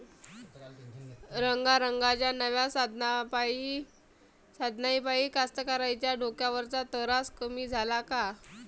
रंगारंगाच्या नव्या साधनाइपाई कास्तकाराइच्या डोक्यावरचा तरास कमी झाला का?